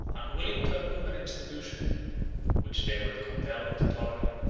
unwilling to approve an institution which they were compelled to tolerate.